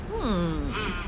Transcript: hmm